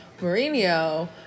Mourinho